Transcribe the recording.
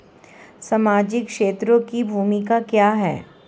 सामाजिक क्षेत्र की भूमिका क्या है?